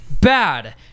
bad